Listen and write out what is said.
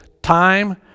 Time